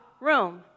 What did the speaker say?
room